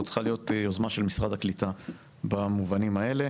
צריכה להיות יוזמה של משרד הקליטה במובנים האלה.